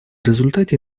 результате